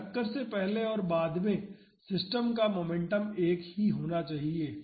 तो टक्कर से पहले और बाद में सिस्टम का मोमेंटम एक ही होना चाहिए